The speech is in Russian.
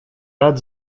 рад